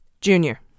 Junior